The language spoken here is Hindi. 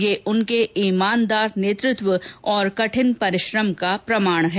यह उनके ईमानदार नेतृत्व और कठिन परिश्रम का प्रमाण है